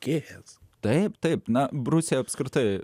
kėjas taip taip na b rusija apskritai